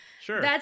sure